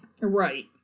Right